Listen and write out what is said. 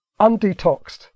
undetoxed